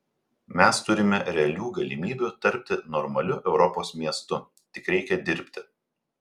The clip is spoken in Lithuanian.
mes turime realių galimybių tapti normaliu europos miestu tik reikia dirbti